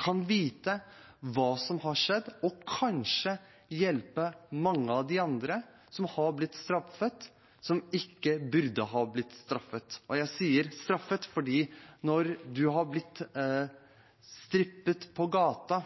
kan få vite hva som har skjedd, og kanskje hjelpe mange av de andre som har blitt straffet, men ikke burde ha blitt det? Jeg sier straffet, for når man har blitt strippet på